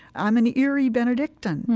i'm an erie benedictine.